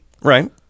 Right